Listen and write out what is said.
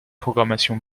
programmation